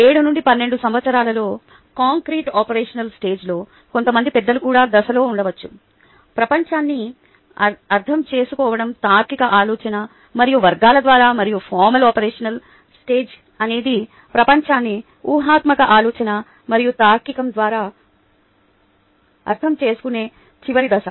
7 నుండి 12 సంవత్సరాలలో concrete operational స్టేజ్లో కొంతమంది పెద్దలు కూడా దశలో ఉండవచ్చు ప్రపంచాన్ని అర్థం చేసుకోవడం తార్కిక ఆలోచన మరియు వర్గాల ద్వారా మరియు ఫార్మల్ ఓపెరాషనల్ స్టేజ్ అనేది ప్రపంచాన్ని ఊహాత్మక ఆలోచన మరియు తార్కికం ద్వారా అర్థం చేసుకునే చివరి దశ